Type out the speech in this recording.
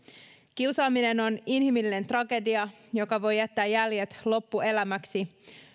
kiusaaminen on inhimillinen tragedia joka voi jättää jäljet loppuelämäksi